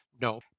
No